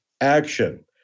action